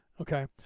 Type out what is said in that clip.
Okay